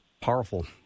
powerful